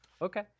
Okay